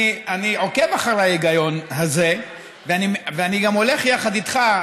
אני עוקב אחרי ההיגיון הזה ואני גם הולך יחד איתך,